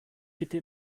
bitte